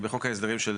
בחוק ההסדרים של